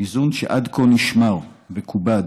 איזון שעד כה נשמר וכובד